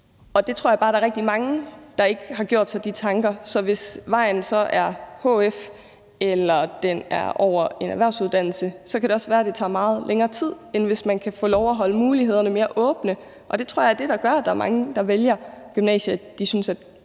Der tror jeg bare, der er rigtig mange, der ikke har gjort sig de tanker, så hvis vejen er via hf eller over en erhvervsuddannelse, kan det også være, det tager meget længere tid, end hvis man kan få lov til at holde mulighederne mere åbne. Og jeg tror, det er det, der gør, at der er mange, der vælger gymnasiet,